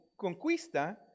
conquista